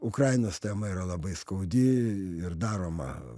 ukrainos tema yra labai skaudi ir daroma